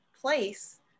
place